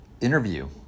interview